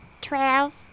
Twelve